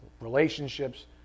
relationships